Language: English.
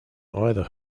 either